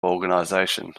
organisation